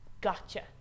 gotcha